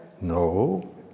No